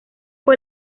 fue